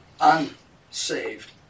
unsaved